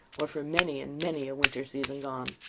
or for many and many a winter season gone.